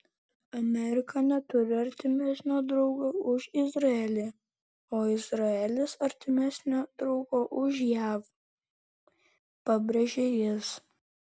amerika neturi artimesnio draugo už izraelį o izraelis artimesnio draugo už jav pabrėžė jis